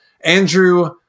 Andrew